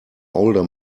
older